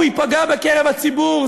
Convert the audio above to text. הוא ייפגע בקרב הציבור,